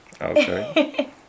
okay